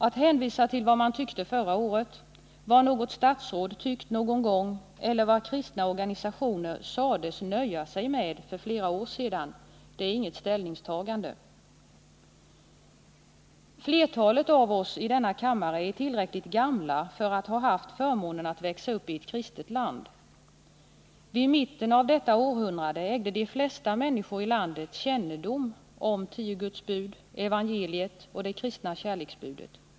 Att hänvisa till vad man tyckt förra året, vad något statsråd tyckt någon gång eller vad kristna organisationer sades nöja sig med för flera år sedan — det är inget ställningstagande. Flertalet av oss i denna kammare är tillräckligt gamla för att ha haft förmånen att växa upp i ett kristet land. Vid mitten av detta århundrade ägde 43 de flesta människor i landet kännedom om tio Guds bud, evangeliet och det kristna kärleksbudet.